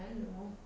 I don't know